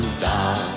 da